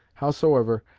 howsoever,